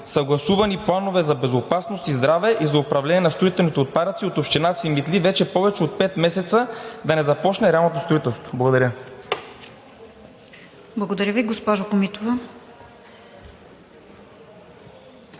съгласувани планове за безопасност и здраве и за управление на строителните отпадъци от община Симитли, вече повече от 5 месеца да не започне реално строителство? Благодаря. ПРЕДСЕДАТЕЛ РОСИЦА КИРОВА: